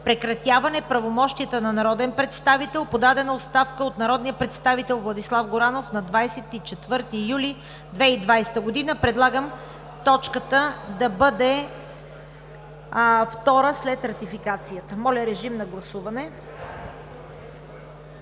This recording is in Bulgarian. „Прекратяване правомощията на народен представител – подадена оставка от народния представител Владислав Горанов на 24 юли 2020 г.“ Предлагам точката да бъде втора след Ратификацията. Моля, режим на гласуване: